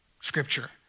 scripture